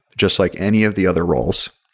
just like any of the other roles.